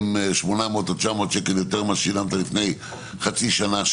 900-800 שקל יותר ממה ששילמת לפני חצי שנה,